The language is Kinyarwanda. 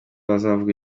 bazavuga